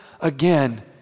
again